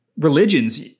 religions